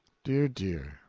dear, dear,